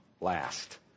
last